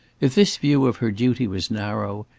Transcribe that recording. if this view of her duty was narrow,